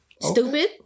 Stupid